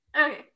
Okay